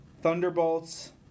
Thunderbolts